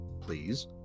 please